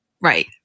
Right